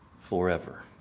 forever